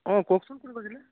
অঁ কওকচোন কোনে কৈছিলে